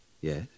Yes